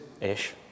Ish